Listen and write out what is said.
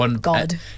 God